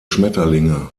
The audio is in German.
schmetterlinge